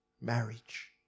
marriage